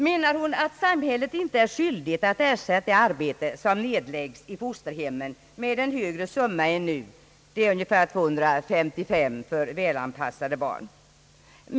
Menar statsrådet att samhället inte är skyldigt att ersätta det arbete som nedläggs i fosterhemmen med en högre summa än som nu utgår; det är ungefär 255 kronor för välanpassade barn?